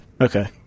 Okay